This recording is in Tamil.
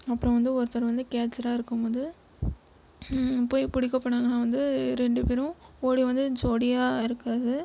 அப்புறம் வந்து ஒருத்தர் வந்து கேட்ச்சராக இருக்கும்போது போய் பிடிக்க போனாங்கன்னா வந்து ரெண்டு பேரும் ஓடி வந்து ஜோடியாக இருக்கிறது